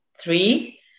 three